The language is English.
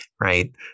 right